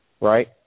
right